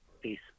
peace